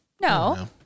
no